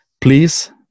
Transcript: please